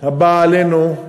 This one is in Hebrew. הבא עלינו,